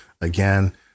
Again